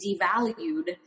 devalued